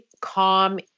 calm